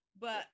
But-